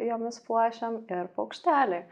jomis puošiam ir paukšteliai